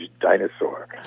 dinosaur